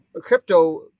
crypto